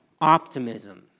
optimism